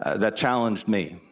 that challenged me,